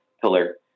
pillar